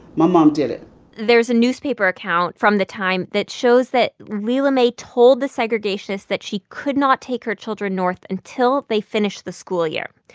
my mom did it there's a newspaper account from the time that shows that lela mae told the segregationists that she could not take her children north until they finish the school year.